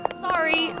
Sorry